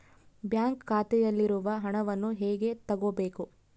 Bank ಖಾತೆಯಲ್ಲಿರುವ ಹಣವನ್ನು ಹೇಗೆ ತಗೋಬೇಕು?